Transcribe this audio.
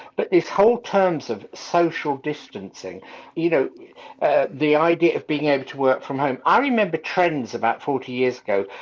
but this whole terms' of social distancing you know the idea of being able to work from home. i remember trends about forty yrs ago,